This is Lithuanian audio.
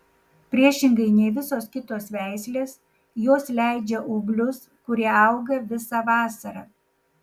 priešingai nei visos kitos veislės jos leidžia ūglius kurie auga visą vasarą